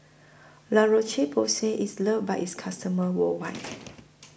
La Roche Porsay IS loved By its customers worldwide